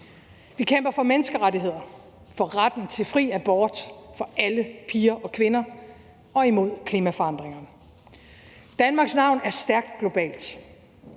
Vi kæmper for menneskerettigheder, for retten til fri abort for alle piger og kvinder og imod klimaforandringerne. Danmarks navn er stærkt globalt.